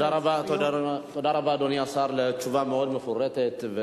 תודה רבה, אדוני השר, על התשובה המאוד מפורטת.